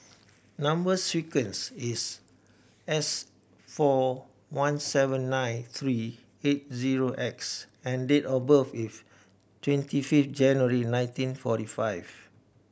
number sequence is S four one seven nine three eight zero X and date of birth is twenty fifth January nineteen forty five